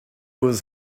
was